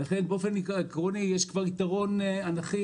לכן באופן עקרוני יש להם כבר יתרון אנכי.